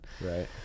Right